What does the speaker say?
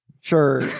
Sure